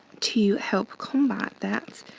to help combat that,